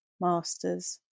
master's